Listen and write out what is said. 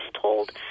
told